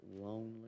lonely